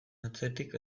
atzetik